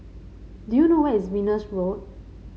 do you know where is Venus Road